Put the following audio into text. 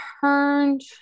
turned